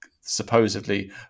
supposedly